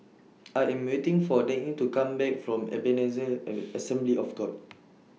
I Am waiting For Dagny to Come Back from Ebenezer At Assembly of God